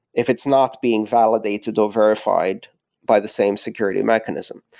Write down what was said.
if it's not being validated or verified by the same security mechanism.